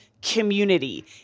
community